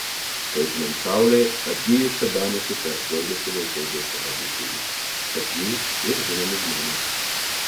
kaitinant saulei atgijusia danės upe džiaugiasi vaikai bei suaugusieji tarp jų ir žinomi žmonės